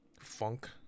funk